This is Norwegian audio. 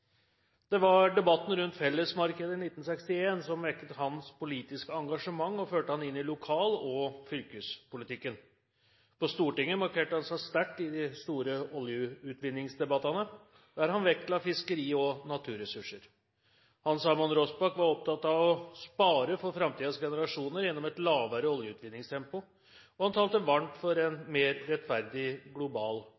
Det var debatten rundt Fellesmarkedet i 1961 som vekket hans politiske engasjement og førte ham inn i lokal- og fylkespolitikken. På Stortinget markerte han seg sterkt i de store oljeutvinningsdebattene, der han vektla fiskeri- og naturressurser. Hans Hammond Rossbach var opptatt av å spare for framtidens generasjoner gjennom et lavere oljeutvinningstempo, og han talte varmt for en